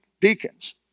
deacons